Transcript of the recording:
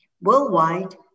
Worldwide